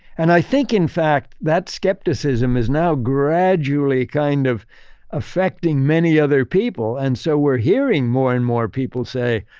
and i think in fact, that skepticism is now gradually kind of effecting many other people. and so, we're hearing more and more people say,